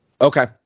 Okay